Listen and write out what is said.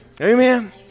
Amen